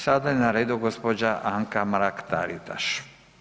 Sada je na redu gđa. Anka Mrak Taritaš.